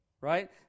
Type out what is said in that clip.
right